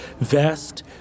vest